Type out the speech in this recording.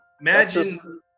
Imagine